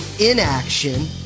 inaction